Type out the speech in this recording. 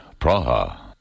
Praha